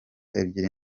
ebyeri